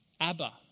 Abba